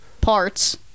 parts